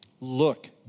Look